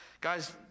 Guys